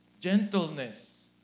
gentleness